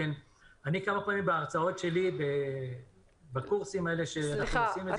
אני כמה פעמים בהרצאות שלי בקורסים האלה שאנחנו עושים --- סליחה,